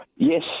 Yes